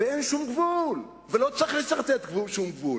ואין שום גבול, ולא צריך לסרטט שום גבול.